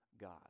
God